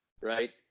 right